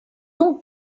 donc